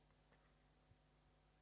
Hvala